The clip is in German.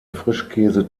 frischkäse